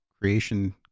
creation